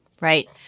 Right